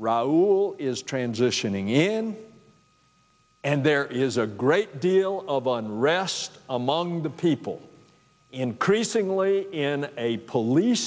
raul is transitioning in and there is a great deal of un wrasse among the people increasingly in a police